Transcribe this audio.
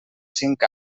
cinc